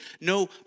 no